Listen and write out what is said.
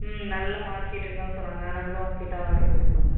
ம் நல்ல மார்க்கெட்டுந்தான் சொன்னாங்கள் அதனால் தான் உங்ககிட்ட ஆர்டர் கொடுத்தோங்க